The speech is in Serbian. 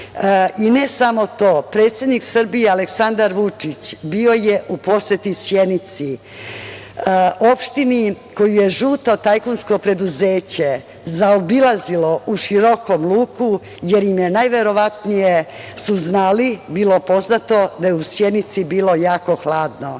ne samo to, predsednik Srbije Aleksandar Vučić bio je u poseti Sjenici, opštini koju je žuto tajkunsko preduzeće zaobilazilo u širokom luku, jer im je najverovatnije bilo poznato da je u Sjenici bilo jako